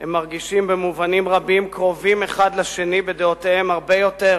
הם מרגישים במובנים רבים קרובים אחד לשני בדעותיהם הרבה יותר